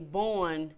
born